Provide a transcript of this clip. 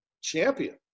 champion